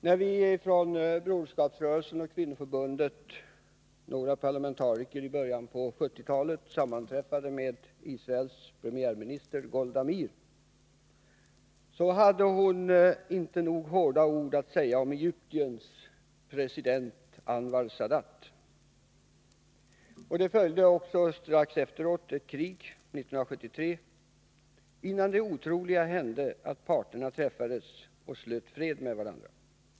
När vi, några parlamentariker från Broderskapsrörelsen och Socialdemokratiska kvinnoförbundet, i början av 1970-talet sammanträffade med Israels premiärminister Golda Meir hade hon inte nog hårda ord att säga om Egyptens president Anwar Sadat. Strax efteråt, 1973, följde också ett krig. Men sedan hände det otroliga att parterna träffades och slöt fred med varandra.